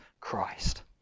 Christ